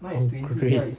oh great